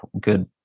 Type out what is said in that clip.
good